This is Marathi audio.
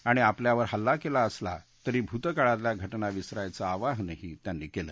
आणि आपल्यावर हल्ला केला असली तरी भूतकाळातल्या घटना विसरायचे आवाहनही त्यांनी केलं